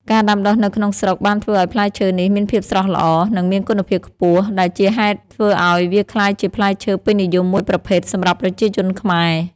ការដាំដុះនៅក្នុងស្រុកបានធ្វើឲ្យផ្លែឈើនេះមានភាពស្រស់ល្អ និងមានគុណភាពខ្ពស់ ដែលជាហេតុធ្វើឲ្យវាក្លាយជាផ្លែឈើពេញនិយមមួយប្រភេទសម្រាប់ប្រជាជនខ្មែរ។